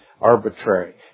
arbitrary